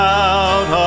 out